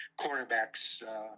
cornerbacks